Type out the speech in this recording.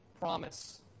promise